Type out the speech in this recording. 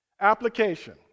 Application